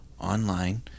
online